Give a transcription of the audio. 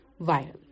viral